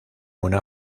una